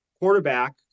quarterback